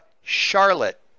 Charlotte